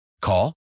Call